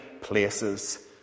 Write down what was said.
places